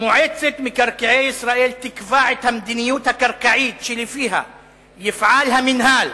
"מועצת מקרקעי ישראל תקבע את המדיניות הקרקעית שלפיה יפעל המינהל